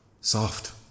soft